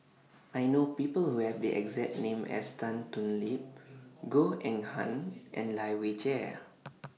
I know People Who Have The exact name as Tan Thoon Lip Goh Eng Han and Lai Weijie